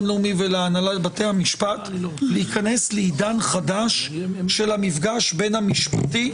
לאומי ולהנהלת בתי המשפט להיכנס לעידן חדש של המפגש בין המשפטי,